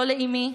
לא לאימי,